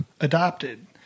adopted